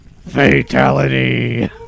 Fatality